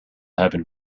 heaven